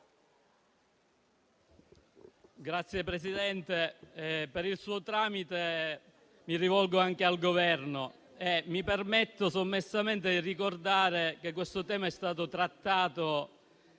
Signor Presidente, per il suo tramite mi rivolgo anche al Governo e mi permetto sommessamente di ricordare che questo tema è stato trattato